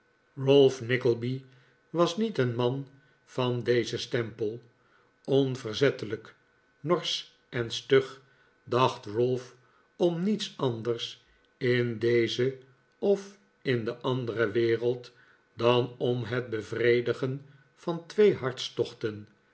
ralph nickleby was niet een man van dezen stempel onverzettelijk norsch en stug dacht ralph om niets anders in deze of in de andere wereld dan om het bevredigen van twee hartstochten